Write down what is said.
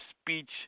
speech